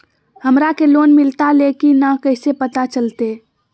हमरा के लोन मिलता ले की न कैसे पता चलते?